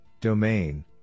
domain